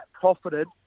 profited